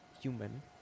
human